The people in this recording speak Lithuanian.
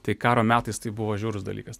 tai karo metais tai buvo žiaurus dalykas